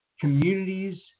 communities